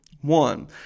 One